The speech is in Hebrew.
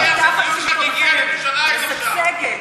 לכן ירושלים משגשגת?